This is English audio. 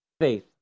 faith